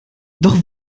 doch